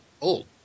old